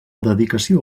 dedicació